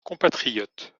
compatriotes